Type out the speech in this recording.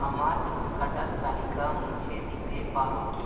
আমার কেনাকাটার তালিকা মুছে দিতে পার কি